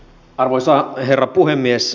arvoisa herra puhemies